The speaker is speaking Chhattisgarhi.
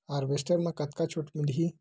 हारवेस्टर म कतका छूट मिलही?